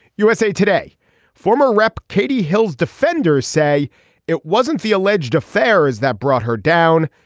usa today former rep katie hill's defenders say it wasn't the alleged affair as that brought her down.